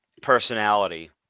personality